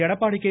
Edappadi K